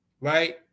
right